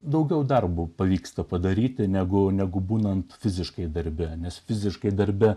daugiau darbo pavyksta padaryti negu negu būnant fiziškai darbe nes fiziškai darbe